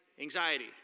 Anxiety